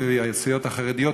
והסיעות החרדיות,